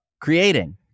creating